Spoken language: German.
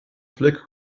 fleck